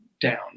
down